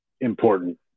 important